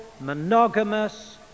monogamous